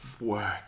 work